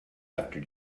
after